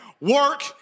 Work